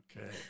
Okay